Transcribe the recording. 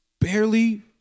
barely